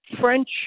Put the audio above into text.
French